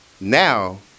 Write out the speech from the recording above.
now